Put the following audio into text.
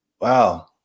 wow